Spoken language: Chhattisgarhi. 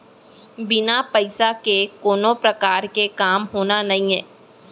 बिन पइसा के कोनो परकार के काम होना नइये